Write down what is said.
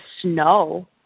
snow